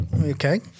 Okay